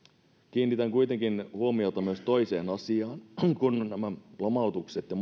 kiinnitän kuitenkin huomiota myös toiseen asiaan kun nämä lomautukset ja